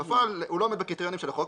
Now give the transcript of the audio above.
בפועל הוא לא עומד בקריטריונים של החוק,